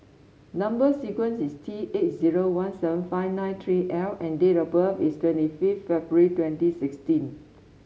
number sequence is T eight zero one seven five nine three L and date of birth is twenty fifth February twenty sixteen